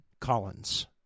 Collins